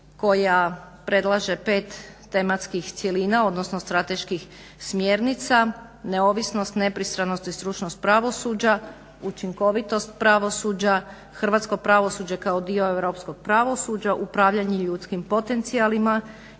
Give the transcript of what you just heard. koja predlaže 5 tematskih cjelina, odnosno strateških smjernica neovisnost, nepristranost i stručnost pravosuđa, učinkovitost pravosuđa, hrvatsko pravosuđe kao dio europskog pravosuđa, upravljanje ljudskim potencijalima,